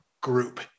group